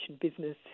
business